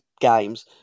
games